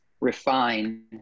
refine